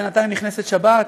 בינתיים נכנסת שבת,